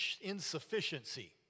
insufficiency